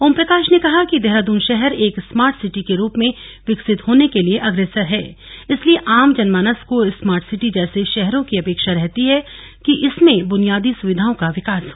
ओमप्रकाश ने कहा कि देहरादून शहर एक स्मार्ट सिटी के रूप में विकसित होने के लिये अग्रसर है इसलिये आम जनमानस को स्मार्ट सिटी जैसे शहरों से अपेक्षा रहती है कि इसमें बुनियादी सुविघाओं का विकास हो